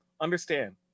Understand